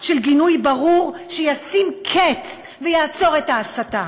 של גינוי ברור שישים קץ ויעצור את ההסתה.